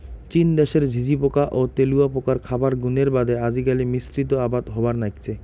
চীন দ্যাশের ঝিঁঝিপোকা ও তেলুয়াপোকার খাবার গুণের বাদে আজিকালি মিশ্রিত আবাদ হবার নাইগচে